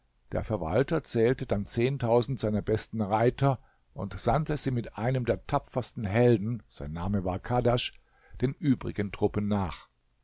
der verwalter wählte dann zehntausend seiner besten reiter und sandte sie mit einem der tapfersten helden sein name war kadasch den übrigen truppen nach